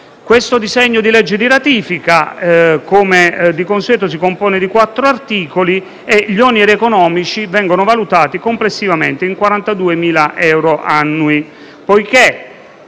Il disegno di legge di ratifica si compone di quattro articoli e gli oneri economici vengono valutati complessivamente in 42.000 euro annui. Poiché